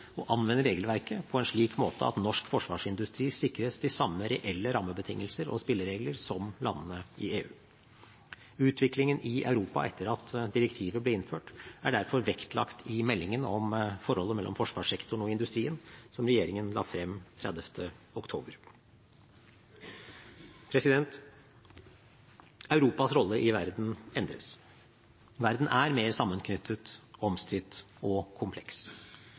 og anvende regelverket på en slik måte at norsk forsvarsindustri sikres de samme reelle rammebetingelser og spilleregler som landene i EU. Utviklingen i Europa etter at direktivet ble innført, er derfor vektlagt i meldingen om forholdet mellom forsvarssektoren og industrien som regjeringen la frem 30. oktober 2015. Europas rolle i verden endres. Verden er mer sammenknyttet, omstridt og kompleks.